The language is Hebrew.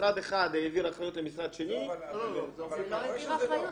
משרד אחד העביר אחריות למשרד שני --- זה לא העביר אחריות,